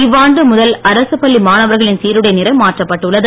இவ்வாண்டு முதல் அரசு பள்ளி மாணவர்களின் சீருடை நிறம் மாற்றப்பட்டுள்ளது